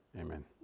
amen